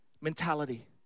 mentality